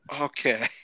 Okay